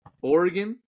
Oregon